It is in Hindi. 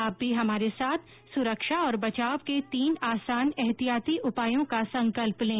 आप भी हमारे साथ सुरक्षा और बचाव के तीन आसान एहतियाती उपायों का संकल्प लें